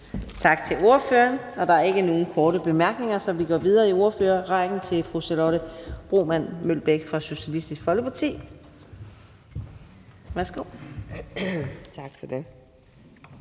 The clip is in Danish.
Tak til ordføreren. Der er ikke flere korte bemærkninger, så vi går videre i ordførerrækken til fru Charlotte Broman Mølbæk fra Socialistisk Folkeparti. Værsgo. Kl.